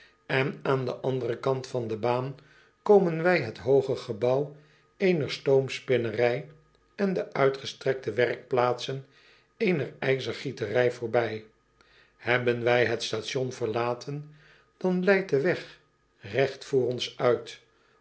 en aan den anderen kant van de baan komen wij het hooge gebouw eener stoomspinnerij en de uitgestrekte werkplaatsen eener ijzergieterij voorbij ebben wij het station verlaten dan leidt de weg regt voor ons uit